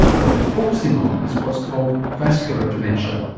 what they're focussing on is what's called vascular dementia.